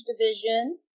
division